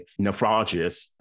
nephrologist